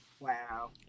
Wow